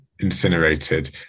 incinerated